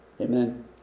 Amen